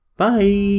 Bye